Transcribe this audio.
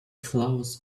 flowers